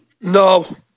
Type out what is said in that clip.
No